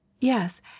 Yes